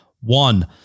one